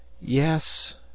yes